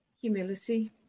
humility